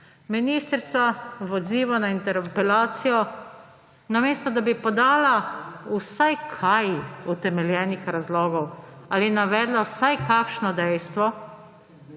Ministrica v odzivu na interpelacijo, namesto da bi podala vsaj kaj utemeljenih razlogov ali navedla vsaj kakšno dejstvo,